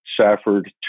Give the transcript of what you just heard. Safford